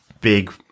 big